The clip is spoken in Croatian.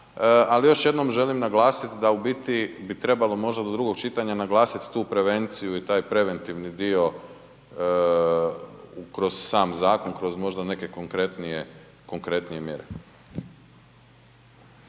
ali još jednom želim naglasit da u biti bi trebalo možda do drugog čitanja naglasit tu prevenciju i taj preventivni dio kroz sam zakon, kroz možda neke konkretnije,